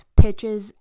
pitches